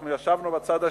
אנחנו ישבנו בצד השני,